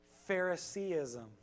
phariseeism